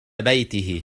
بيته